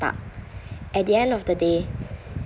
spark at the end of the day